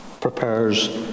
prepares